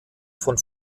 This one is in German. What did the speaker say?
von